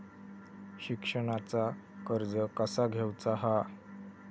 शिक्षणाचा कर्ज कसा घेऊचा हा?